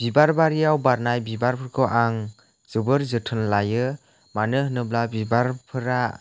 बिबार बारियाव बारनाय बिबारफोरखौ आं जोबोर जोथोन लायो मानो होनोब्ला बिबारफोरा